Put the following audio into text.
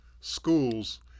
schools